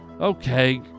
Okay